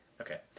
okay